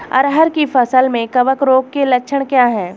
अरहर की फसल में कवक रोग के लक्षण क्या है?